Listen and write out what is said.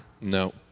No